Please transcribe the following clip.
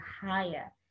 higher